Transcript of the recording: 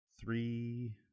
three